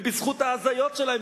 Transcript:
ובזכות ההזיות שלהם,